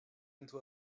into